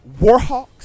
Warhawks